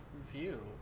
view